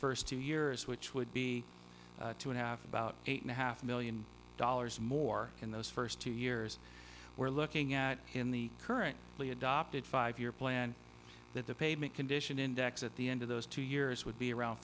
first two years which would be two and a half about eight and a half million dollars more in those first two years we're looking at in the currently adopted five year plan that the pavement condition index at the end of those two years would be around